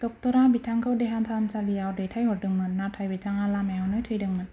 डक्टरा बिथांखौ देहाफाहामसालियाव दैथायहरदोंमोन नाथाय बिथाङा लामायावनो थैदोंमोन